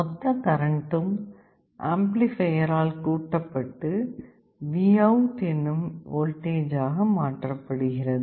மொத்த கரண்டும் ஆம்ப்ளிபையர் ஆல் கூட்டப்பட்டு VOUT என்னும் வோல்டேஜ் ஆக மாற்றப்படுகிறது